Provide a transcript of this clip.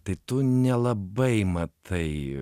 tai tu nelabai matai